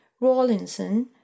Rawlinson